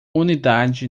unidade